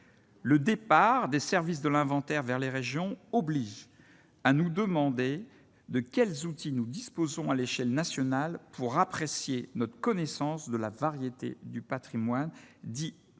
le départ des services de l'inventaire vers les régions obligent à nous demander de quels outils nous disposons à l'échelle nationale pour apprécier notre connaissance de la variété du Patrimoine, dits de